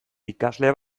ikasle